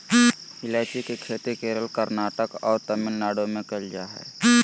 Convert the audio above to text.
ईलायची के खेती केरल, कर्नाटक और तमिलनाडु में कैल जा हइ